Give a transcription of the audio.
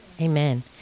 Amen